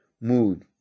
mood